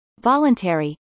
Voluntary